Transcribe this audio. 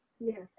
Yes